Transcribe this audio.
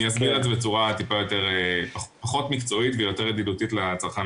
אני אסביר את זה בצורה פחות מקצועית ויותר ידידותית לצרכן,